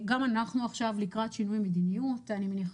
אפילו עד שלושה חודשים ממועד ההחלמה ולכן כמדיניות אנחנו מבינים